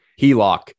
HELOC